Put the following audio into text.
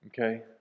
Okay